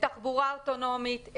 תחבורה אוטונומית,